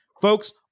Folks